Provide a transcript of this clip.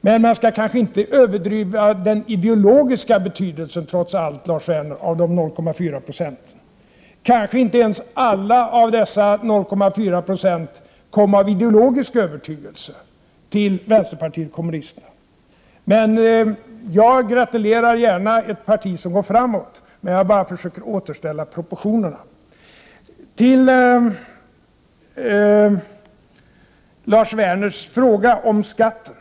Men man skall kanske trots allt inte överdriva den ideologiska betydelsen av de 0,4 procenten, Lars Werner. Kanske inte alla inom dessa 0,4 96 kom till vänsterpartiet kommunisterna av ideologisk övertygelse. Jag gratulerar gärna ett parti som går framåt, men jag försöker bara återställa proportionerna. Jag skall besvara Lars Werners fråga om skatten.